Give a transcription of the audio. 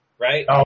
right